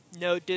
No